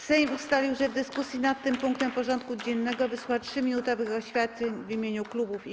Sejm ustalił, że w dyskusji nad tym punktem porządku dziennego wysłucha 3-minutowych oświadczeń w imieniu klubów i koła.